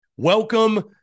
Welcome